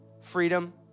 freedom